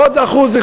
עוד 1%,